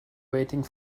waiting